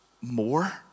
more